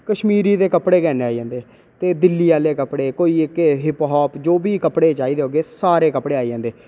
कश्मीरियें दे कपड़े आई जंदे दिल्ली आह्ले कपड़े कोई हिप हाप जो बी कपड़े चाहिदे होगे सारे कपड़े आई जंदे